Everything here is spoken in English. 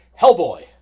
Hellboy